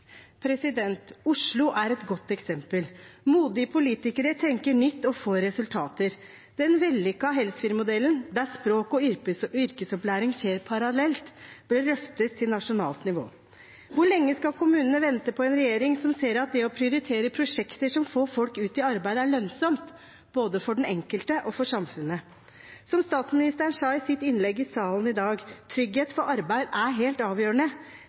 Oslo er et godt eksempel. Modige politikere tenker nytt og får resultater. Den vellykkete Helsfyrmodellen der språk og yrkesopplæring skjer parallelt, bør løftes til nasjonalt nivå. Hvor lenge skal kommunene vente på en regjering som ser at det å prioritere prosjekter som får folk ut i arbeid, er lønnsomt, både for den enkelte og for samfunnet? Som statsministeren sa i sitt innlegg i salen i dag: Trygghet for arbeid er helt avgjørende.